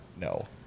No